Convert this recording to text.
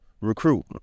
recruit